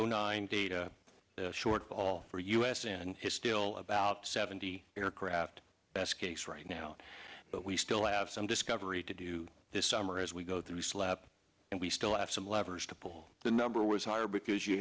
o nine data shortfall for us and it still about seventy aircraft best case right now but we still have some discovery to do this summer as we go through slapp and we still have some levers to pull the number was higher because you